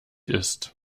ist